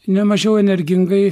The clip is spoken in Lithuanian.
nemažiau energingai